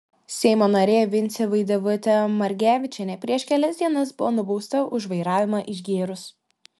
seimo narė vincė vaidevutė margevičienė prieš kelias dienas buvo nubausta už vairavimą išgėrus